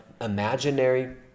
imaginary